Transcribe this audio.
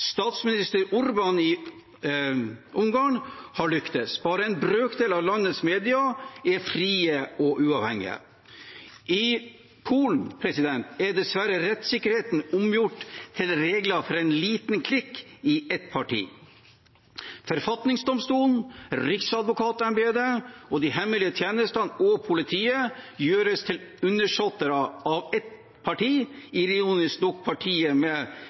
Statsminister Orbán i Ungarn har lyktes; bare en brøkdel av landets medier er frie og uavhengige. I Polen er dessverre rettssikkerheten omgjort til regler for en liten klikk i ett parti. Forfatningsdomstolen, riksadvokatembetet, de hemmelige tjenestene og politiet gjøres til undersåtter av ett parti, ironisk nok partiet med